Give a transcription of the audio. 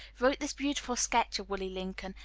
wrote this beautiful sketch of willie lincoln,